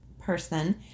person